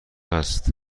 است